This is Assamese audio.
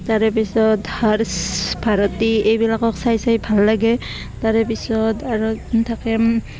তাৰেপিছত হৰ্শ্ব ভাৰতী এইবিলাকক চাই চাই ভাল লাগে তাৰেপিছত আৰু থাকে